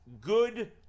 good